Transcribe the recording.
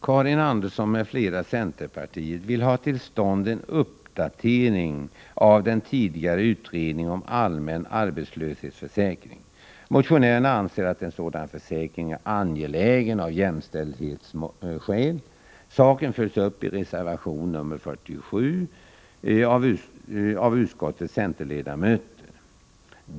Karin Andersson m.fl. centerpartister vill få till stånd en uppdatering av den tidigare utredningen om allmän arbetslöshetsförsäkring. Motionärerna anser att en sådan försäkring är angelägen av jämställdhetsskäl. Saken följs upp i reservation nr 47 av utskottets centerledamöter.